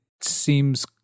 seems